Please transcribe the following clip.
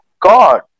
God